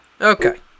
okay